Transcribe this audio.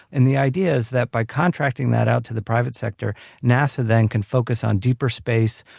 and the idea is that by contracting that out to the private sector nasa then can focus on deeper space.